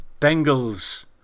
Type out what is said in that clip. Bengals